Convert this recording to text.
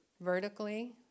Vertically